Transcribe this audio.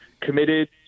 committed